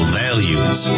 values